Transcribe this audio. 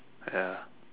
ya